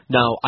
Now